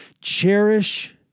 Cherish